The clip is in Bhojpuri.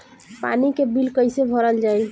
पानी के बिल कैसे भरल जाइ?